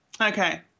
Okay